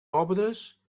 obres